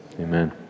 Amen